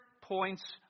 points